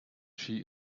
she